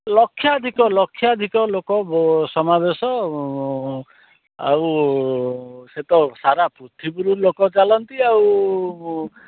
ଲକ୍ଷାଧିକ ଲକ୍ଷାଧିକ ଲୋକ ବ ସମାବେଶ ଆଉ ସେ ତ ସାରା ପୃଥିବୀରୁ ଲୋକ ଚାଲନ୍ତି ଆଉ